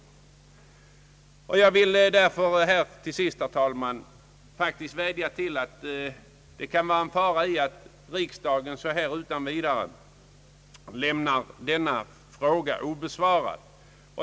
Därför vill jag till sist, herr talman, enträget framhålla att det kan vara fara i att riksdagen så här utan vidare lämnar denna fråga obesvarad.